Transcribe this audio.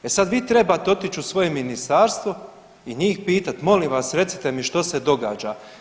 E sad vi trebate otić u svoje ministarstvo i njih pitati, molim vas, recite mi što se događa?